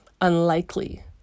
unlikely